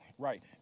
Right